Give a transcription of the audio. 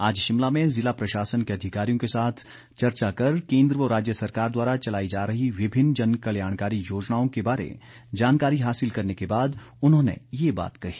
आज शिमला में जिला प्रशासन के अधिकारियों के साथ चर्चा कर केंद्र व राज्य सरकार द्वारा चलाई जा रही विभिन्न जन कल्याणकारी योजनाओं के बारे जानकारी हासिल करने के बाद उन्होंने ये बात कही